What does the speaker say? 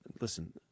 Listen